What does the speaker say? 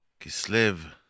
Kislev